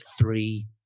three